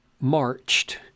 marched